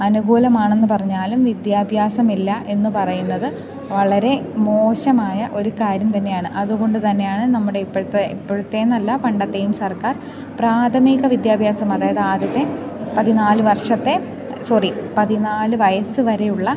അനുകൂലമാണെന്നു പറഞ്ഞാലും വിദ്യാഭ്യാസമില്ല എന്നു പറയുന്നത് വളരെ മോശമായ ഒരു കാര്യം തന്നെയാണ് അതുകൊണ്ടു തന്നെയാണ് നമ്മുടെ ഇപ്പോഴത്തെ ഇപ്പോഴത്തെയെന്നല്ല പണ്ടത്തെയും സർക്കാർ പ്രാഥമിക വിദ്യാഭ്യാസം അതായത് ആദ്യത്തെ പതിനാലു വർഷത്തെ സോറി പതിനാല് വയസ്സുവരെയുള്ള